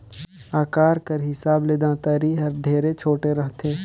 अकार कर हिसाब ले दँतारी हर ढेरे छोटे रहथे